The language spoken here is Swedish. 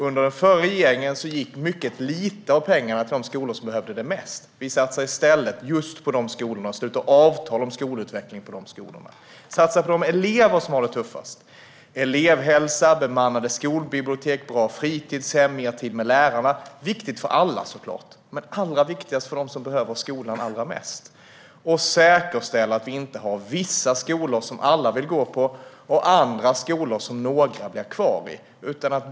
Under den förra regeringen gick mycket lite av pengarna till de skolor som behövde dem mest. Vi satsar i stället på just de skolorna och sluter avtal med dem om skolutveckling. Man måste satsa på de elever som har det tuffast. Elevhälsa, bemannade skolbibliotek, bra fritidshem och mer tid med lärarna är viktigt för alla, men det är allra viktigast för dem som behöver skolan allra mest. Man måste säkerställa att det inte är vissa skolor som alla vill gå på och andra skolor som några blir kvar i.